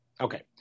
Okay